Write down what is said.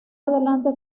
adelante